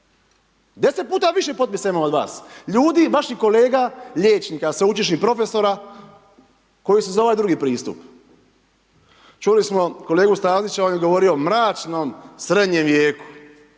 10 puta više potpisa imam od vas, ljudi vaših kolega liječnika, sveučilišnih profesora, koji su ovaj drugi pristup. Čuli smo Stazića, on je govorio o mračnom srednjem vijeku,